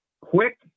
quick